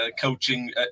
coaching